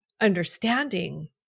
understanding